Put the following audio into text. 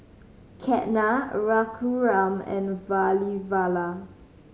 Ketna Raghuram and Vavilala